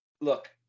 look